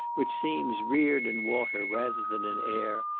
which seems reared in water rather than in air,